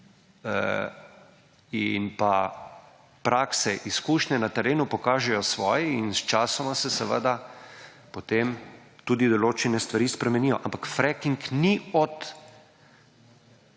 pa prakse, izkušnje na terenu pokažejo svoji in sčasoma se seveda potem tudi določene stvari spremenijo, ampak fracking ni od